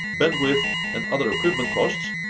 bandwidth, and other equipment costs,